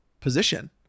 position